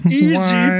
easy